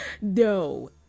No